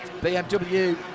BMW